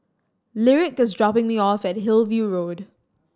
Lyric is dropping me off at Hillview Road